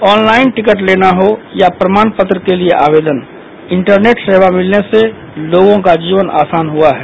online ticket लेना हो या प्रमाणपत्र के लिए आवेदन इंटरनेट सेवा मिलने से लोगों का जीवन आसान हुआ है